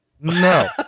No